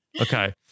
okay